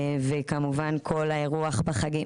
וכמובן כל האירוח בחגים.